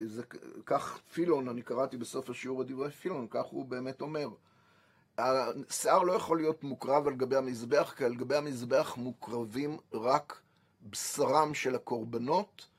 כך פילון, אני קראתי בסוף השיעור את דברי פילון, כך הוא באמת אומר. השיער לא יכול להיות מוקרב על גבי המזבח, כי על גבי המזבח מוקרבים רק בשרם של הקורבנות.